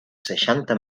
seixanta